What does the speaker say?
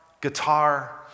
guitar